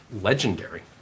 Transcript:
legendary